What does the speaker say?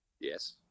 yes